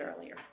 earlier